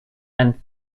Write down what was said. and